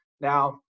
Now